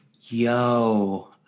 Yo